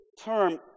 term